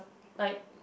like